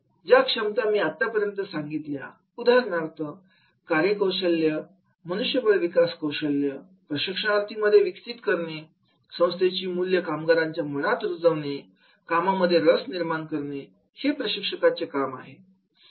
ज्या क्षमता मी आतापर्यंत सांगितल्या उदाहरणार्थ कार्य कौशल्य मनुष्यबळ विकास कौशल्य प्रशिक्षणार्थी मध्ये विकसित करणं संस्थेची मूल्य कामगारांच्या मनात रुजवणं कामामध्ये रस निर्माण करणं हे प्रशिक्षकाचे काम आहे